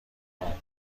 کنم